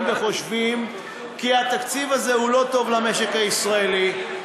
וחושבים כי התקציב הזו הוא לא טוב למשק הישראלי,